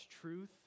truth